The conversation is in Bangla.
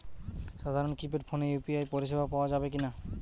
সাধারণ কিপেড ফোনে ইউ.পি.আই পরিসেবা পাওয়া যাবে কিনা?